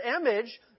image